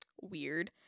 Weird